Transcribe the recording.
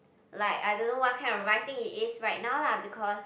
like I don't know what kind of writing it is right now lah because